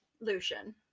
lucian